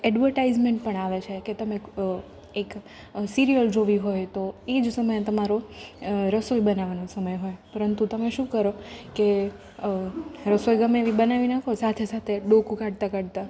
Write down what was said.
advertisement પણ આવે છે કે તમે એક સિરિયલ જોવી હોય તો એ જો સમય તમારો રસોઈ બનાવવાનો સમય હોય પરંતુ તમે શું કરો કે રસોઈ ગમે એવી બનાવી નાખો સાથે સાથે ડોકું કાઢતા કાઢતા